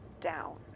down